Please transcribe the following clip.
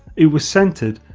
it was center,